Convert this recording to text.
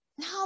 no